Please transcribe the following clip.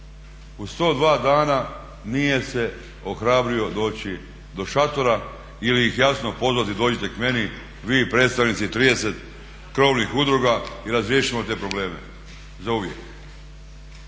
U 102 dana nije se ohrabrio doći do šatora ili ih jasno pozvati dođite k meni vi predstavnici 30 krovnih udruga i razriješimo te probleme zauvijek.